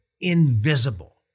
invisible